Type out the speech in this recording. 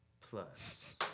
plus